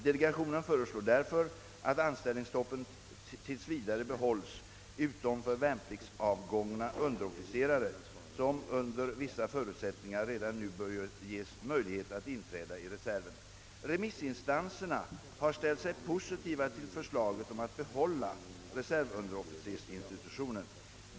Delegationen föreslår därför, att anställningsstoppet tills vidare behålles utom för värnpliktsavgångna underofficerare, som under vissa förutsättningar redan nu bör ges möjlighet att inträda i reserven. Remissinstanserna har ställt sig positiva till förslaget om att behålla reservunderofficersinstitutionen.